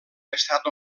estat